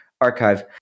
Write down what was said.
archive